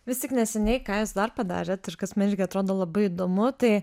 vis tik neseniai ką jūs dar padarėt ir kas man irgi atrodo labai įdomu tai